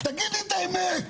תגיד לי את האמת.